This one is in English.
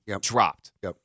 dropped